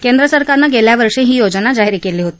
केंद्रसरकारनं गेल्या वर्षी ही योजना जारी केली होती